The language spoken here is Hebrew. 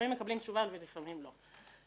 מקבלים תשובה ולפעמים לא.